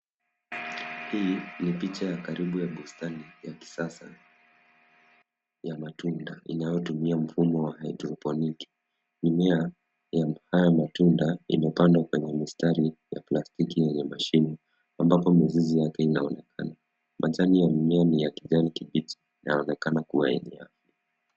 Hii ni picha ya karibu ya bustani ya kisasa ya matunda inayotumia mfumo wa haidroponiki. Mimea ya haya matunda imepandwa kwenye mistari ya plastiki yenye mashimo ambapo mizizi yake inaonekana. Majani ya mimea ni ya kijani kibichi na inaonekana kuwa yenye afya.